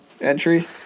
entry